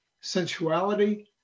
sensuality